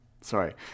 Sorry